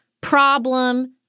problem